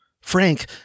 Frank